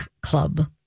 club